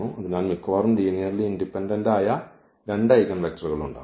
അതിനാൽ മിക്കവാറും linearly independent ആയ 2 ഐഗൻവെക്ടറുകൾ ഉണ്ടാകും